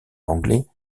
anglais